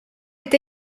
est